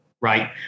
right